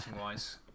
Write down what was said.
wise